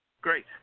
Great